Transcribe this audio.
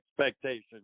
expectations